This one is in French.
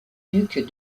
ducs